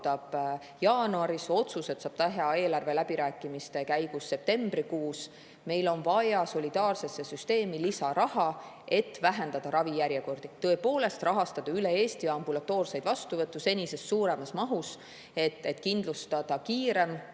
jaanuaris. Otsused saab teha eelarveläbirääkimiste käigus septembrikuus. Meil on vaja solidaarsesse süsteemi lisaraha, et vähendada ravijärjekordi, et tõepoolest rahastada üle Eesti ambulatoorseid vastuvõtte senisest suuremas mahus, et kindlustada kiirem